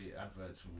adverts